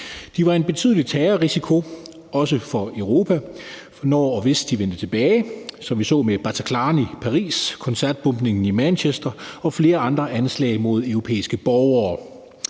De var en betydelig terrorrisiko, også for Europa, når og hvis de vendte tilbage, som vi så det med Bataclan i Paris, koncertbombningen i Manchester og flere andre anslag mod europæiske borgere.